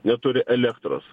neturi elektros